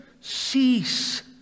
cease